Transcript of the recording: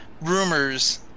rumors